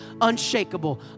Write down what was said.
unshakable